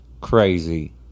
crazy